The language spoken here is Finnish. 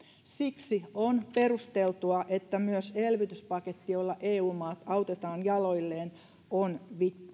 siksi on perusteltua että myös elvytyspaketti jolla eu maat autetaan jaloilleen on